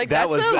like that was